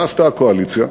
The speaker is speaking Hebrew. מה עשתה הקואליציה,